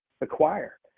acquire